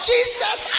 Jesus